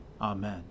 Amen